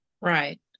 right